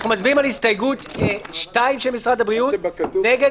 אנחנו מצביעים על הסתייגות 2 של משרד הבריאות נגד